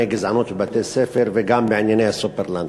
גזענות של בתי-ספר וגם בענייני ה"סופרלנד".